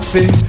See